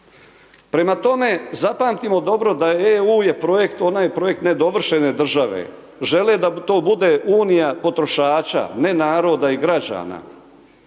Prema tome, zapamtimo dobro da je EU, je projekt, onaj projekt nedovršene države. Žele da to bude unija potrošača, ne naroda i građana.